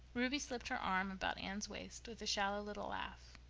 ruby slipped her arm about anne's waist with a shallow little laugh.